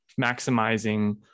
maximizing